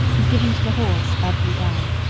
and given to the horse every day.